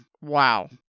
Wow